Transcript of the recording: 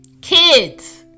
Kids